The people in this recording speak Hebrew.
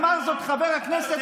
אמר זאת חבר הכנסת,